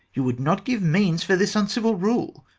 you would not give means for this uncivil rule.